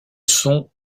sont